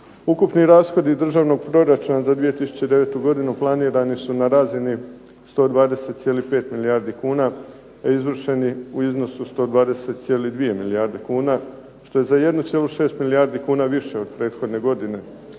Ukupni rashodi državnog proračuna za 2009. godinu planirani su na razini 120,5 milijardi kuna, a izvršeni u iznosu 120,2 milijarde kuna što je za 1,6 milijardu kuna više od prethodne godine.